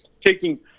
taking